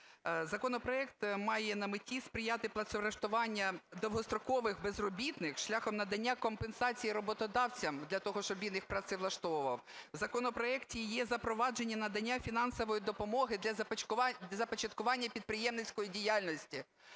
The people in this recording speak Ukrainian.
Законопроект має на меті сприяти працевлаштуванню довгострокових безробітних шляхом надання компенсації роботодавцям для того, щоб він їх працевлаштовував. В законопроекті є запровадження надання фінансової допомоги для започаткування підприємницької діяльності.